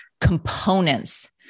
components